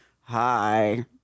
hi